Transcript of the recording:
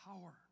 power